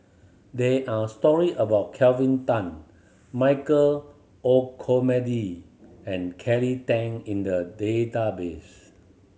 there are story about Kelvin Tan Michael Olcomendy and Kelly Tang in the database